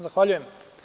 Zahvaljujem.